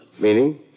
Meaning